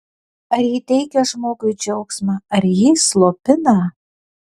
ar ji teikia žmogui džiaugsmą ar jį slopina